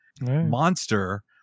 Monster